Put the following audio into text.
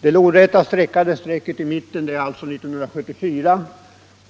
Den lodräta, streckade linjen i mitten är 1974.